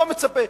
לא מצפה.